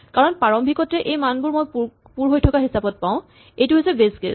কাৰণ প্ৰাৰম্ভিকতে এই মানবোৰ মই পুৰ হৈ থকা হিচাপত পাওঁ এইটো হৈছে বেচ কেচ